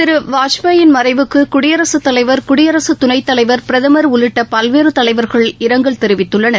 திரு வாஜ்பாயின் மறைவுக்கு குடியரசுத் தலைவர் குடியரசு துணைத்தலைவர் பிரதமர் உள்ளிட்ட பல்வேறு தலைவர்கள் இரங்கல் தெரிவித்துள்ளனர்